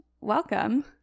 welcome